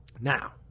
Now